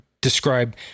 describe